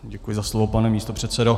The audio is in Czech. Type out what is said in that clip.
Děkuji za slovo, pane místopředsedo.